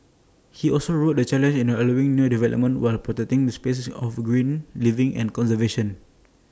he also wrote the challenge in allowing new development while protecting spaces of green living and conservation